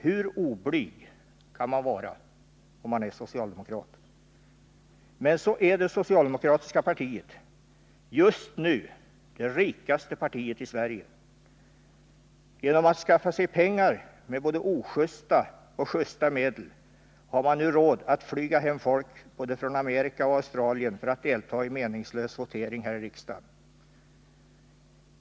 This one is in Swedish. Hur oblyg kan man vara, om man är socialdemokrat? Men så är också det socialdemokratiska partiet just nu det rikaste partiet i Sverige. Genom att skaffa sig pengar med både ojusta och justa medel har man nu råd att flyga hem folk både från Amerika och från Australien för att delta i en meningslös votering här i riksdagen.